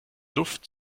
luft